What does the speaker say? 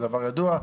זה דבר ידוע.